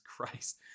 Christ